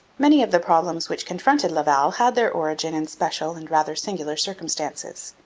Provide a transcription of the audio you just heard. many of the problems which confronted laval had their origin in special and rather singular circumstances.